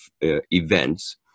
events